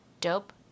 Dope